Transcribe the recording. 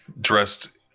dressed